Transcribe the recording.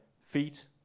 feet